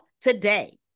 today